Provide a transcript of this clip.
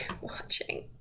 watching